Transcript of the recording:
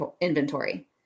inventory